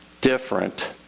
different